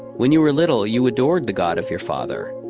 when you were little, you adored the god of your father.